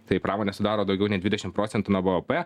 tai pramonė sudaro daugiau nei dvidešim procentų nuo bvp